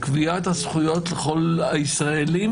קביעת הזכויות לכל הישראלים,